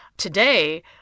Today